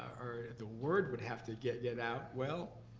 or the word would have to get get out, well,